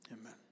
Amen